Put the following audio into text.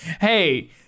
Hey